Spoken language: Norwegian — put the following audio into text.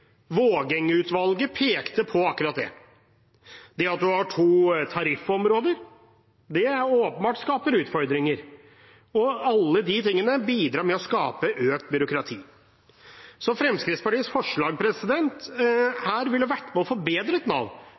pekte på akkurat det. Det at man har to tariffområder, skaper åpenbart utfordringer. Og alle de tingene bidrar til å skape økt byråkrati. Så Fremskrittspartiets forslag ville vært med på å forbedre Nav,